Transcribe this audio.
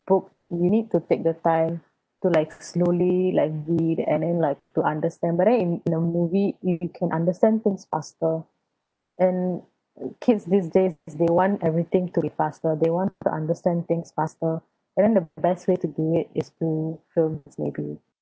book you need to take the time to like slowly like read and then like to understand but then in the movie you can understand things faster and kids these days they want everything to be faster they want to understand things faster and then the best way to do it is through films maybe